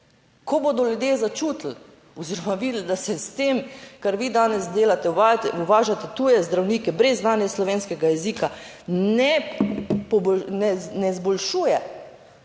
Ko bodo ljudje začutili oziroma videli, da se s tem, kar vi danes delate, uvažate tuje zdravnike brez znanja slovenskega jezika, ne izboljšuje